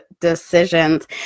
decisions